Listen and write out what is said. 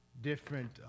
different